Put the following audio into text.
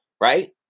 right